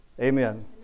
Amen